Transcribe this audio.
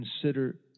consider